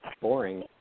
boring